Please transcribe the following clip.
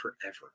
forever